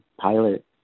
pilot